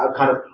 ah kind of,